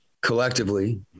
collectively